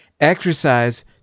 exercise